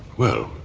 well,